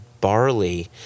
barley